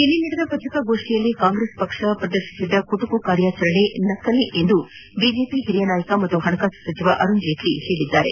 ನಿನ್ನೆ ನಡೆದ ಪತ್ರಿಕಾಗೋಷ್ನಿಯಲ್ಲಿ ಕಾಂಗ್ರೆಸ್ ಪಕ್ಷ ಪ್ರದರ್ಶಿಸಿದ ಕುಟುಕು ಕಾರ್ಯಾಚರಣೆ ನಕಲಿ ಎಂದು ಬಿಜೆಪಿ ಹಿರಿಯ ನಾಯಕ ಹಾಗೂ ಹಣಕಾಸು ಸಚಿವ ಅರುಣ್ ಜೇಟ್ನ ಹೇಳಿದ್ದಾರೆ